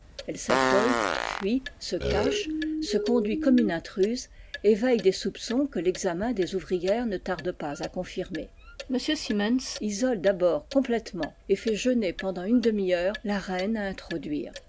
elle s'affole fuit se cache se conduit comme une intruse éveille des soupçons que l'examen des ouvrières ne tarde pas à confirmer m simmins isole d'abord complètement et fait jeûr pendant une demi-heure la reine a introduire